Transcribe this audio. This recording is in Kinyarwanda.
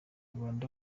rwanda